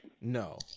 No